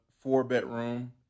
four-bedroom